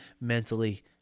mentally